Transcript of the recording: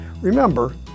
Remember